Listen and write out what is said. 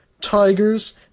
Tigers